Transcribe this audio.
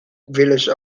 village